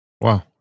Wow